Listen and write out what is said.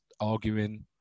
arguing